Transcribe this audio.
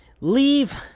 Leave